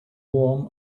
warm